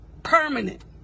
permanent